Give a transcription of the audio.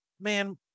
man